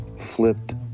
flipped